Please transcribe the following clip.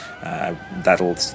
That'll